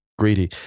greedy